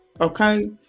Okay